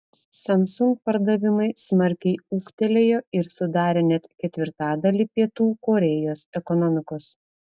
samsung pardavimai smarkiai ūgtelėjo ir sudarė net ketvirtadalį pietų korėjos ekonomikos